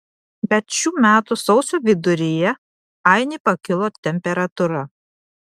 bet šių metų sausio viduryje ainei pakilo temperatūra